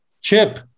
chip